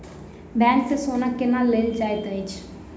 bank सँ सोना केना लेल जाइत अछि